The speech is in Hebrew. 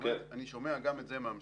אני שומע גם את זה מהמשרתים.